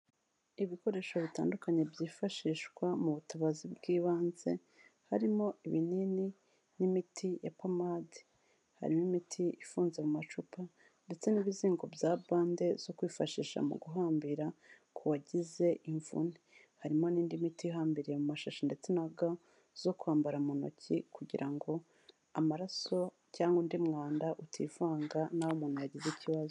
Ibikoresho bitandukanye byifashishwa mu butabazi bw'ibanze, harimo ibinini n'imiti ya pomade, harimo imiti ifunze mu macupa ndetse n'ibizingo bya bande zo kwifashisha mu guhambira ku wagize imvune, harimo n'indi miti ihambiriye mu mashashi ndetse na ga zo kwambara mu ntoki, kugira ngo amaraso cyangwa undi mwanda utivanga n'aho umuntu yagize ikibazo.